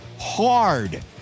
hard